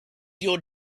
your